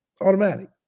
Automatic